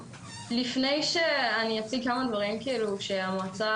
לפני שאני אציג כמה דברים שחשבנו עליהם במועצה